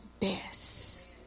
best